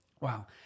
Wow